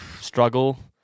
struggle